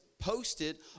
posted